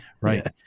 right